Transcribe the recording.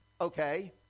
okay